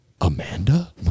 Amanda